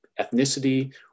ethnicity